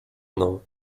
mną